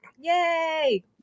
Yay